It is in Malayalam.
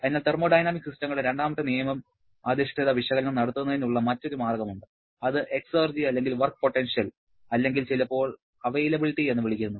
അതിനാൽ തെർമോഡൈനാമിക് സിസ്റ്റങ്ങളുടെ രണ്ടാമത്തെ നിയമ അധിഷ്ഠിത വിശകലനം നടത്തുന്നതിനുള്ള മറ്റൊരു മാർഗ്ഗമുണ്ട് അത് എക്സർജി അല്ലെങ്കിൽ വർക്ക് പൊട്ടൻഷ്യൽ അല്ലെങ്കിൽ ചിലപ്പോൾ അവൈലബിലിറ്റി എന്ന് വിളിക്കുന്നു